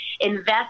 invest